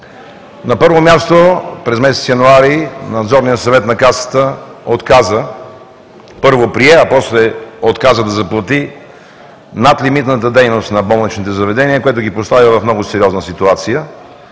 На първо място, през месец януари Надзорният съвет на Касата отказа – първо прие, а после отказа да заплати надлимитната дейност на болничните заведения, което ги постави в много сериозна ситуация,